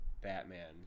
batman